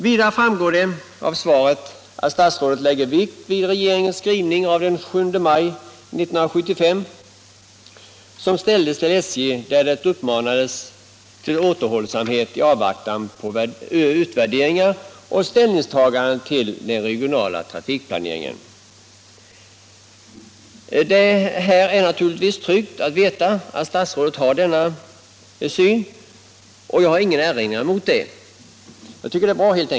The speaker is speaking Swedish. Vidare framgår det av svaret att statsrådet lägger vikt vid regeringens skrivelse den 7 maj 1975 till SJ, där regeringen uppmanade till återhållsamhet i avvaktan på utvärderingar och ställningstaganden till den regionala trafikplaneringen. Det är naturligtvis tryggt att veta att statsrådet har denna syn, och jag har ingen erinran mot den.